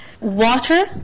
Water